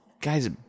Guy's